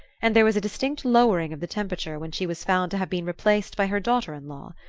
and there was a distinct lowering of the temperature when she was found to have been replaced by her daughter-in-law.